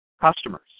customers